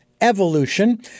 evolution